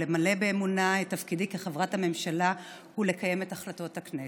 למלא באמונה את תפקידי כחברת הממשלה ולקיים את החלטות הכנסת.